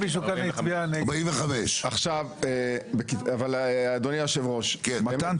45. אדוני היושב ראש --- מתן,